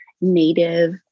native